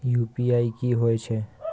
UPI की होय छै?